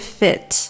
fit